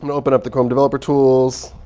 and open up the chrome developer tools,